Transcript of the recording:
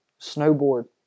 Snowboard